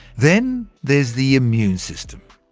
then there's the immune system.